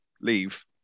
leave